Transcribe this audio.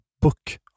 book